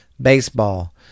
Baseball